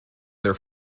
their